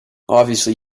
obviously